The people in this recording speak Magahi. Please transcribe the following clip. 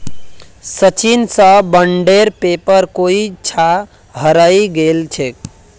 सचिन स बॉन्डेर पेपर कोई छा हरई गेल छेक